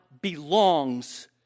belongs